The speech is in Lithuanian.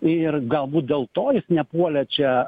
ir galbūt dėl to jis nepuolė čia